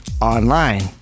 online